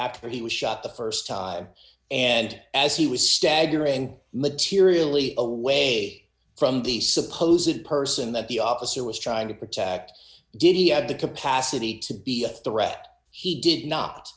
after he was shot the st time and as he was staggering materially away from the suppose that person that the officer was trying to protect did he had the capacity to be a threat he did not